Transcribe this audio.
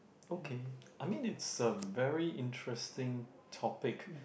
okay I mean it's a very interesting topic